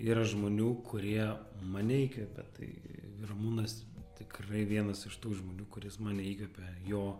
yra žmonių kurie mane įkvepia tai ramūnas tikrai vienas iš tų žmonių kuris mane įkvepia jo